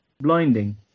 Blinding